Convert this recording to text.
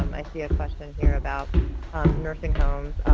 um i see a question here about nursing homes.